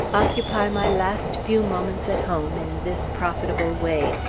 occupy my last few moments at home in this profitable way.